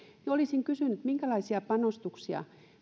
olisin kysynyt minkälaisia panostuksia